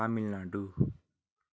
Tamil Nadu